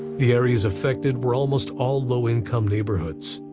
the areas affected were almost all low-income neighborhoods.